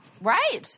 Right